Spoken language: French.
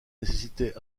nécessitait